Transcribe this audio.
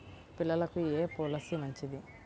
పిల్లలకు ఏ పొలసీ మంచిది?